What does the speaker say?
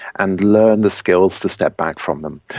and learn the skills to step back from them.